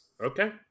Okay